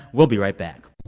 we'll be right back